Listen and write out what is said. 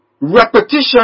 repetition